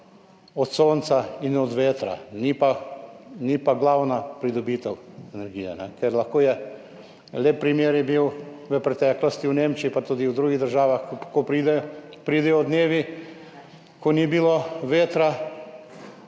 od sonca in od vetra, ni pa glavna pridobitev energije. Lep primer je bil v preteklosti v Nemčiji, pa tudi v drugih državah, ko so prišli dnevi, ko ni bilo vetra